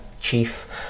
chief